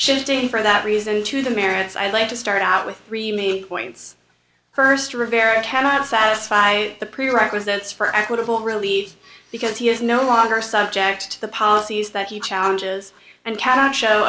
shifting for that reason to the merits i'd like to start out with rimi points st rivera cannot satisfy the prerequisites for equitable really because he is no longer subject to the policies that he challenges and cannot show